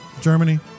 Germany